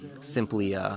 simply